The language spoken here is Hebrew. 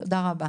תודה רבה.